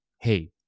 hey